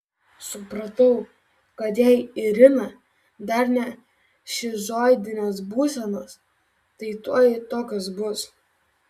supratau kad jei irina dar ne šizoidinės būsenos tai tuoj tokios bus